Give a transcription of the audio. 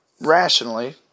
rationally